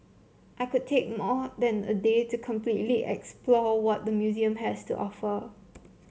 I could take more than a day to completely explore what the museum has to offer